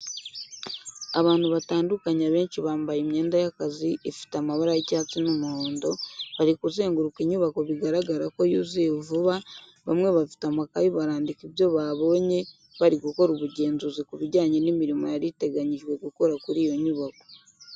Abantu batandukanye, abenshi bambaye imyenda y'akazi, ifite amabara y'icyatsi n'umuhondo, bari kuzenguruka inyubako bigaragara ko yuzuye vuba bamwe bafite amakayi barandika ibyo babonye bari gukora ubugenzuzi ku bijyanye n'imirimo yari iteganyijwe gukorwa kuri iyo nyubako.